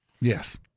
Yes